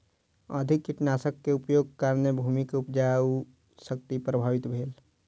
अधिक कीटनाशक के उपयोगक कारणेँ भूमि के उपजाऊ शक्ति प्रभावित भेल